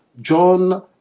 John